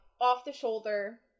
off-the-shoulder